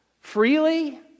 freely